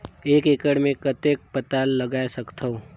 एक एकड़ मे कतेक पताल उगाय सकथव?